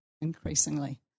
increasingly